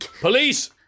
Police